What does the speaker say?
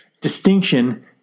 distinction